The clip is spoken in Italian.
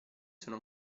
sono